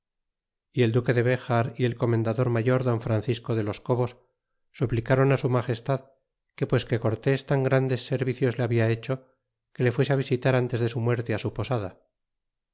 y el duque de bejar y el comendador mayordon francisco de los cobos suplicron su magestad que pues que cortés tan grandes servicios le habla hecho que e fuese visitar tintes de su muerte su posada